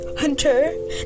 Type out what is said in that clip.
hunter